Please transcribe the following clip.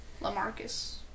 Lamarcus